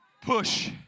Push